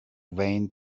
vain